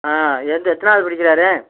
ஆ எந்த எத்தனாவது படிக்கிறார்